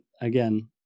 again